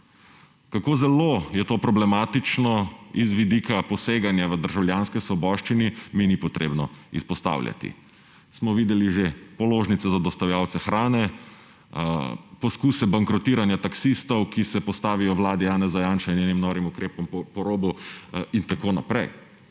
Kako zelo je to problematično z vidika poseganja v državljanske svoboščine, mi ni treba izpostavljati. Smo videli že položnico za dostavljavca hrane, poskuse bankrotiranja taksistov, ki se postavijo vladi Janeza Janše in njenim norim ukrepom po robu in tako naprej.